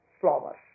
flowers